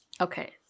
okay